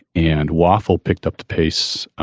and waffle picked up the pace.